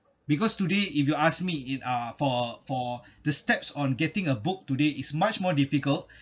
because today if you ask me in uh for for the steps on getting a book today is much more difficult